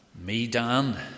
Medan